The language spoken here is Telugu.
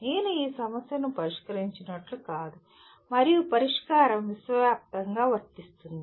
నేను ఈ సమస్యను పరిష్కరించినట్లు కాదు మరియు పరిష్కారం విశ్వవ్యాప్తంగా వర్తిస్తుంది